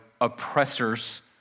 oppressors